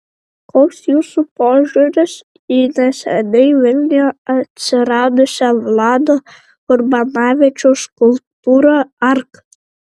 koks jūsų požiūris į neseniai vilniuje atsiradusią vlado urbanavičiaus skulptūrą arka